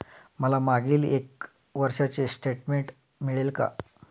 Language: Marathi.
मला मागील एक वर्षाचे स्टेटमेंट मिळेल का?